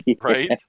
Right